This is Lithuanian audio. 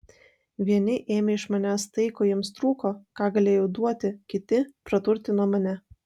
vieni ėmė iš manęs tai ko jiems trūko ką galėjau duoti kiti praturtino mane